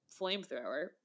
flamethrower